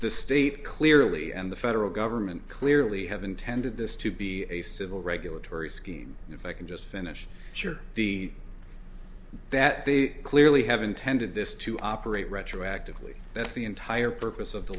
the state clearly and the federal government clearly have intended this to be a civil regulatory scheme if i can just finish sure the that they clearly have intended this to operate retroactively that's the entire purpose of the